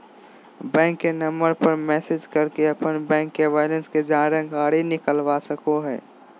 bank के number पर message करके अपन बैंक बैलेंस के जानकारी निकलवा सको हो